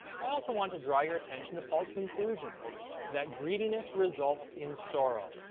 i also want to draw your attention to paul's conclusion that greediness results in sorrow.